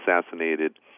assassinated